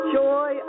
joy